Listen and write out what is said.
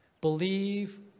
believe